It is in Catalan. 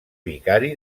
vicari